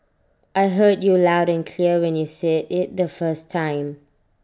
I heard you loud and clear when you said IT the first time